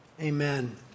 Amen